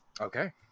Okay